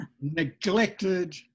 Neglected